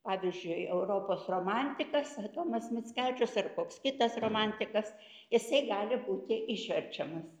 pavyzdžiui europos romantikas adomas mickevičius ar koks kitas romantikas jisai gali būti išverčiamas